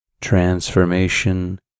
transformation